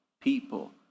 people